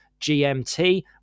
GMT